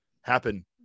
happen